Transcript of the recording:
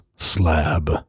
Slab